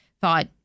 thought